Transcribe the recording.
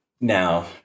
now